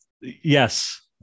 Yes